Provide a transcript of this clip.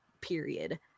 period